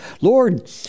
Lord